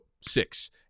six